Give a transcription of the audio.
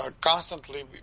constantly